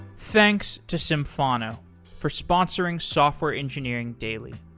thanks to symphono for sponsoring software engineering daily.